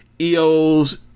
EO's